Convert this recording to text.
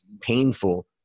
painful